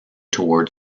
toward